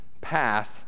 path